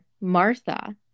Martha